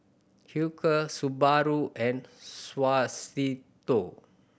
Hilker Subaru and Suavecito